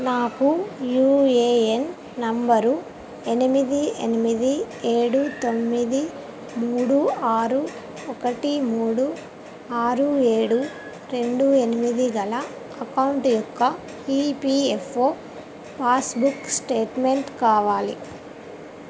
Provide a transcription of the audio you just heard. నాకు UAN number ఎనిమిది ఎనిమిది ఏడు తొమ్మిది మూడు ఆరు ఒకటి మూడు ఆరు ఏడు రెండు ఎనిమిది గల అకౌంట్ యొక్క ఈపిఎఫ్ఓ పాస్బుక్ స్టేట్మెంట్ కావాలి